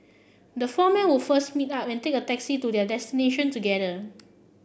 the four men would first meet up and take a taxi to their destination together